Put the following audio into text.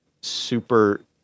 super